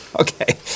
Okay